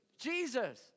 Jesus